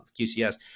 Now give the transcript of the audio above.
qcs